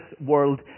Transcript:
world